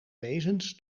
wezens